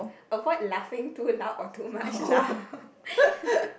avoid laughing too loud or too much lah